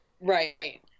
Right